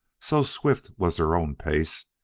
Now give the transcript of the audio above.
so swift was their own pace,